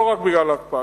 לא רק בגלל ההקפאה,